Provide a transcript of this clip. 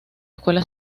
escuela